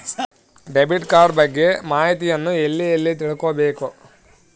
Debit card ಬಗ್ಗೆ ಮಾಹಿತಿಯನ್ನ ಎಲ್ಲಿ ತಿಳ್ಕೊಬೇಕು?